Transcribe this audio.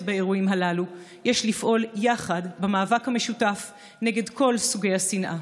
באירועים הללו יש לפעול יחד במאבק משותף נגד כל סוגי השנאה.